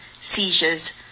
seizures